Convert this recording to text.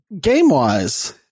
Game-wise